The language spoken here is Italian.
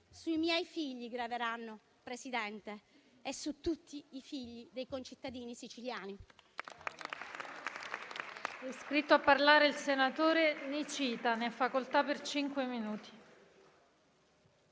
sui figli miei, Presidente, e su tutti i figli dei concittadini siciliani.